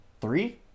Three